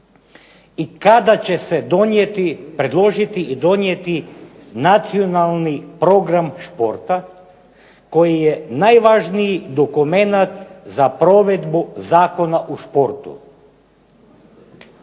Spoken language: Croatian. i kada će se predložiti i donijeti Nacionalni program športa koji je najvažniji dokumenat za provedbu Zakona o športu?